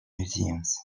museums